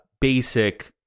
basic